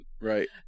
right